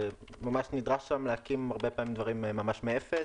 ממש נדרש שם להקים, הרבה פעמים, דברים ממש מאפס.